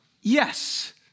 yes